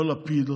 לא לפיד,